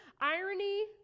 irony